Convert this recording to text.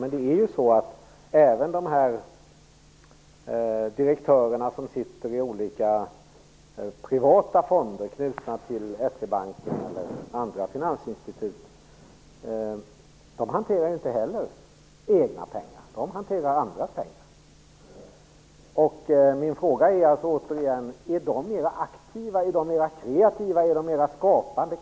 Men även de direktörer som sitter i styrelser för olika privata fonder knutna till S-E-Banken eller andra finansinstitut hanterar inte heller egna pengar utan andras pengar. Min fråga är återigen: Är de mera aktiva, mera kreativa, mera skapande?